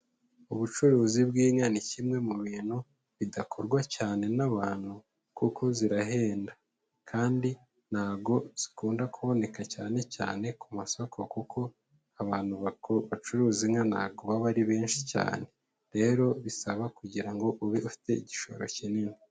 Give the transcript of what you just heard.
Ubucuruzi bw'inka ni kimwe mu bintu bidakorwa cyane n'abantu kuko zirahenda kandi ntago zikunda kuboneka cyane cyane kumasoko, kuko abantu bacuruza inka ntago baba ari benshi cyane rero bisaba kugira ngo ube ufite igishoro kinini.